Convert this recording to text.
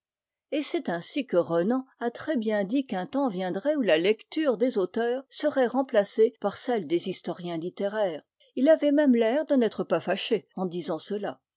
et c'est ainsi que renan a très bien dit qu'un temps viendrait où la lecture des auteurs serait remplacée par celle des historiens littéraires il avait même l'air de n'être pas fâché en disant cela